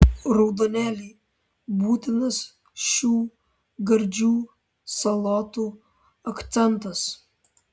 raudonėliai būtinas šių gardžių salotų akcentas